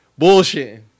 bullshitting